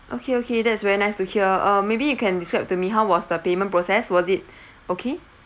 okay okay that's very nice to hear uh maybe you can describe to me how was the payment process was it okay